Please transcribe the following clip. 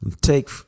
take